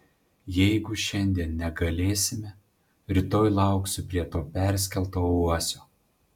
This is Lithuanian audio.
jeigu šiandien negalėsime rytoj lauksiu prie to perskelto uosio